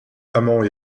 amant